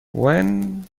when